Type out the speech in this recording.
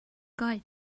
guide